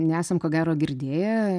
nesam ko gero girdėję